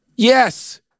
Yes